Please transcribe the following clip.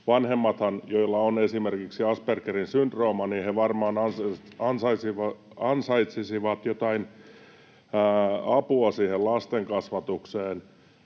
vanhemmathan, joilla on esimerkiksi Aspergerin syndrooma, varmaan ansaitsisivat jotain apua siihen lastenkasvatukseen.